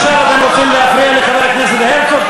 עכשיו אתם רוצים להפריע לחבר הכנסת הרצוג?